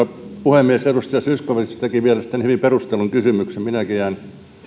puhemies edustaja zyskowicz teki mielestäni hyvin perustellun kysymyksen minäkin jään